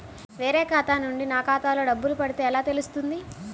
వేరే ఖాతా నుండి నా ఖాతాలో డబ్బులు పడితే ఎలా తెలుస్తుంది?